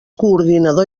coordinador